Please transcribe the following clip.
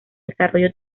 desarrollo